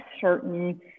certain